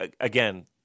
again